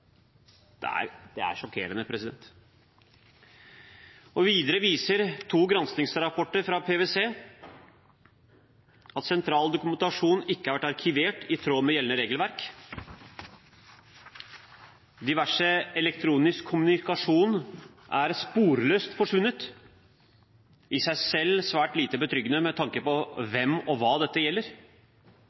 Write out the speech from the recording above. annet departement. Det er sjokkerende. Videre viser to granskingsrapporter fra PwC at sentral dokumentasjon ikke har vært arkivert i tråd med gjeldende regelverk. Diverse elektronisk kommunikasjon er sporløst forsvunnet – i seg selv svært lite betryggende med tanke på hvem og hva dette gjelder.